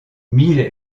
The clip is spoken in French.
mille